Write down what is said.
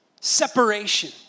separation